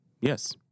Yes